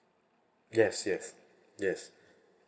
yes yes yes